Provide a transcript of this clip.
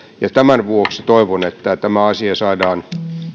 ja tämän vuoksi toivon että tämä asia saadaan